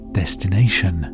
destination